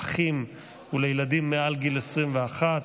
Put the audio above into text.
(הפחתת תוספת הפיגור על אי-תשלום קנס),